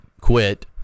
quit